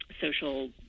social